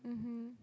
mmhmm